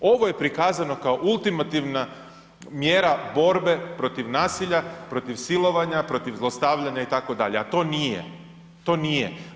Ovo je prikazano kao ultimativna mjera borbe protiv nasilja, protiv silovanja, protiv zlostavljanja itd., a to nije, to nije.